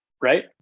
right